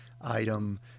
item